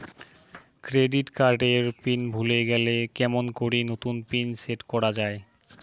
Credit card এর PIN ভুলে গেলে কেমন করি নতুন পিন সেট করা য়ায়?